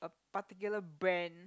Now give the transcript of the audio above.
particular brand